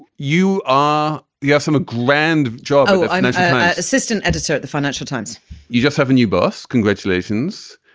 you are? yes. i'm a grand job i'm an assistant editor at the financial times you just have a new boss. congratulations